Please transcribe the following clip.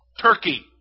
Turkey